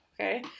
okay